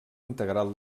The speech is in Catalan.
integral